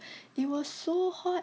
it was so hot